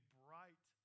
bright